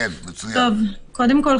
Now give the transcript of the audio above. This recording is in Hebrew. קודם כל,